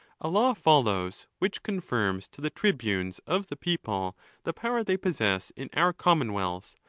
a law follows, which confirms to the tribunes of the people the power they possess in our commonwealth,